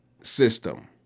system